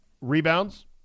Rebounds